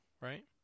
right